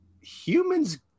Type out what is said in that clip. Humans